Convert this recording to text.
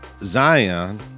Zion